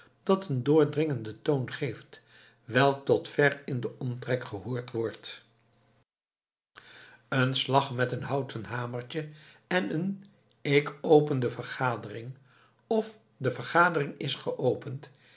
dat een doordringenden toon geeft welke tot ver in de omtrek gehoord wordt een slag met een houten hamertje en een ik open de vergadering of de vergadering is geopend